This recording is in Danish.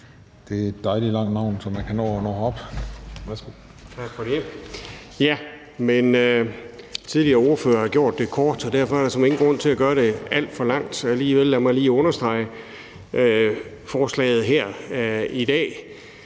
Det er et dejligt langt navn, så man kan nå at